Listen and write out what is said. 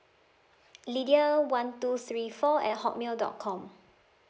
lydia one two three four at hotmail dot com